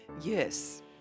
Yes